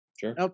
Sure